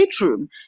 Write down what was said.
bedroom